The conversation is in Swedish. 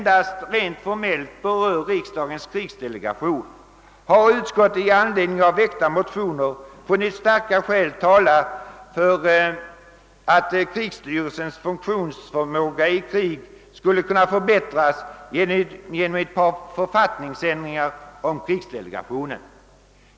dast formellt berör riksdagens krigsdelegation har utskottet i anledning av väckta motioner funnit starka skäl tala för att krigsstyrelsens funktionsförmåga i krig skulle kunna förbättras genom ett par författningsändringar om krigsdelegationen.